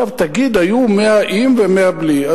תגיד: היו 100 עם ו-100 בלי.